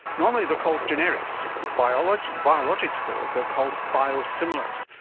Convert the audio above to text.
normally they are called generics. with biologics biologics though they are called biosimilars,